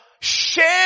share